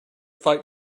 fight